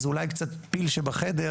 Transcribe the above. זה אולי קצת פיל שבחדר,